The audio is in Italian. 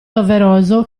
doveroso